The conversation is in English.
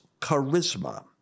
charisma